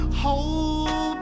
hold